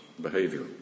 Behavior